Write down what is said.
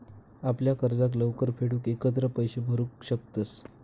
आपल्या कर्जाक लवकर फेडूक एकत्र पैशे भरू शकतंस